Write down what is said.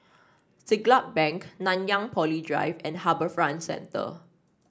Siglap Bank Nanyang Poly Drive and HarbourFront Centre